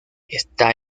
está